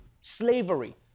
slavery